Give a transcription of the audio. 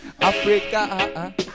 Africa